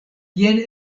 jen